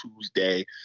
Tuesday